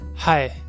Hi